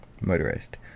Motorist